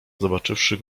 zobaczywszy